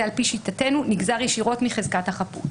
על פי שיטתנו נגזר ישירות מחזקת החפות".